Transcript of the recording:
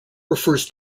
refers